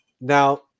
Now